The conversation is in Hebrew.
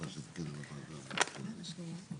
את צודקת, צריך חידוד חשוב.